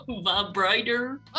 Vibrator